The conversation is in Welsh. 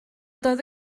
doedd